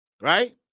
right